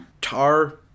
tar